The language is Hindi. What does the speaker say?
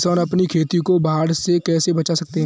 किसान अपनी खेती को बाढ़ से कैसे बचा सकते हैं?